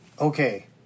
Okay